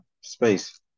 space